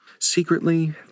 Secretly